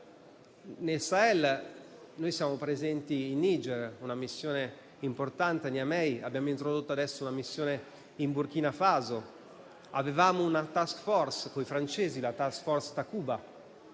volte, dove siamo presenti in Niger, con una missione importante a Niamey, e abbiamo introdotto adesso una missione in Burkina Faso; avevamo una *task force* coi francesi, la Takuba,